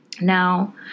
Now